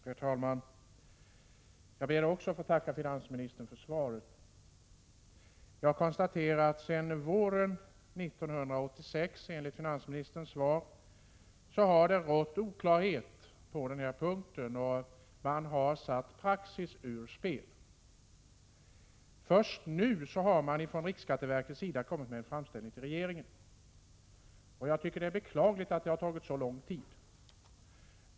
Herr talman! Jag ber också att få tacka finansministern för svaret. Sedan våren 1986 har, enligt finansministerns svar, oklarhet rått på den här punkten, och man har satt praxis ur spel. Först nu har riksskatteverket 53 kommit med en framställning till regeringen. Jag tycker det är beklagligt att det har tagit så lång tid.